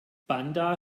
bandar